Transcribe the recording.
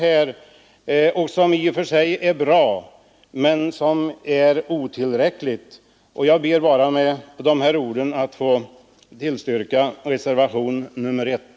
Den är i och för sig bra, men den är otillräcklig. Jag ber med de här orden att få yrka bifall till reservationen 1.